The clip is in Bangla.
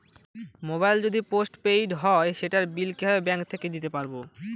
মোবাইল যদি পোসট পেইড হয় সেটার বিল কিভাবে ব্যাংক থেকে দিতে পারব?